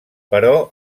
però